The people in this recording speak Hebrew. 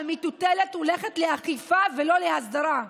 שהמטוטלת הולכת לאכיפה ולא להסדרה.